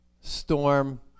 storm